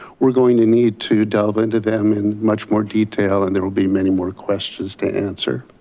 we're going to need to delve into them in much more detail and there will be many more questions to answer.